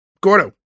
Gordo